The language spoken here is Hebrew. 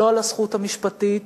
לא על הזכות המשפטית,